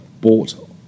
bought